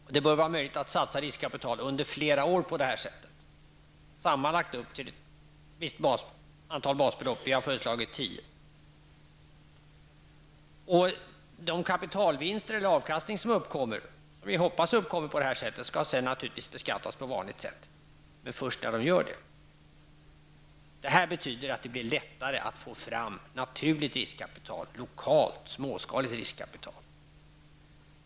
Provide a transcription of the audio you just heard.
Och det bör vara möjligt att satsa riskkapital under flera år på detta sätt, sammanlagt upp till ett visst antal basbelopp. Vi har föreslagit tio basbelopp. De kapitalvinster, den avkastning, som vi hoppas uppkommer skall naturligtvis sedan beskattas på vanligt sätt, men först då. Det här betyder att det blir lättare att få fram naturligt riskkapital, lokalt och småskaligt riskkapital.